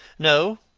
no,